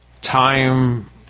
time